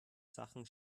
sachen